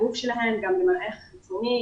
מראה חיצוני,